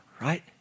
right